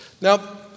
Now